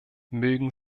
mögen